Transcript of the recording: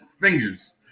fingers